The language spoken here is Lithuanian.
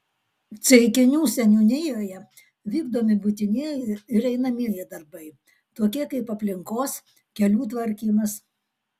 ceikinių seniūnijoje vykdomi būtinieji ir einamieji darbai tokie kaip aplinkos kelių tvarkymas